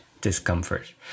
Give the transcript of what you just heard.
discomfort